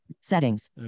settings